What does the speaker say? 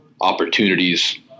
opportunities